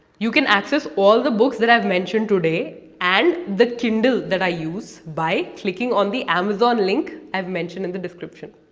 you can access all the books that i have mentioned today and the kindle that i use by clicking on the amazon link as mentioned in the description.